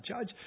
judge